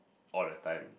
all the time